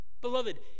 Beloved